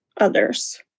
others